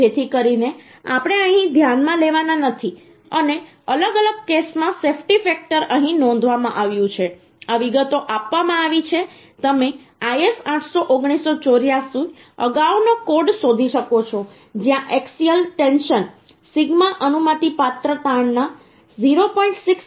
જેથી કરીને આપણે અહીં ધ્યાનમાં લેવાના નથી અને અલગ અલગ કેસમાં સેફ્ટી ફેક્ટર અહીં નોંધવામાં આવ્યું છે આ વિગતો આપવામાં આવી છે તમે IS 800 1984 અગાઉનો કોડ શોધી શકો છો જ્યાં એક્સીઅલ ટેન્શન સિગ્મા અનુમતિપાત્ર તાણના 0